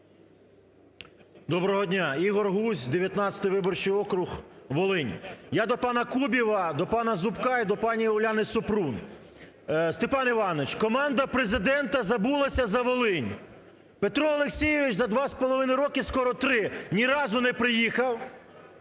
Доброго дня. Ігор Гузь, 19 виборчий округ, Волинь. Я до пана Кубіва, до пана Зубка і до пані Уляни Супрун. Степан Іванович, команда Президента забулася за Волинь. Петро Олексійович за два з половиною роки, скоро три ні разу не приїхав,